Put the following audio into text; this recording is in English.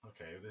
Okay